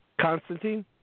Constantine